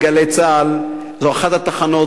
ל"גלי צה"ל": זו אחת התחנות,